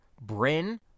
Bryn